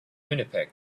winnipeg